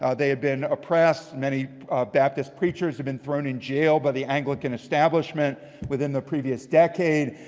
ah they had been oppressed. many baptist preachers had been thrown in jail by the anglican establishment within the previous decade.